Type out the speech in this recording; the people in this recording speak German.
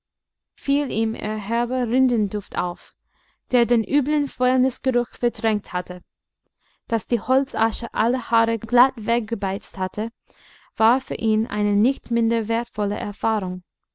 fiel ihm ihr herber rindenduft auf der den üblen fäulnisgeruch verdrängt hatte daß die holzasche alle haare glatt weggebeizt hatte war für ihn eine nicht minder wertvolle erfahrung